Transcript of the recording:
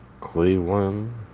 Cleveland